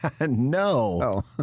No